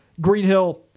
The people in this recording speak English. Greenhill